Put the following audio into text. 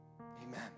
Amen